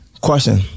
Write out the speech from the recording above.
Question